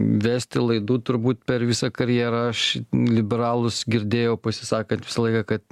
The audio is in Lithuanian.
vesti laidų turbūt per visą karjerą aš liberalus girdėjau pasisakant visą laiką kad